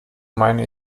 meine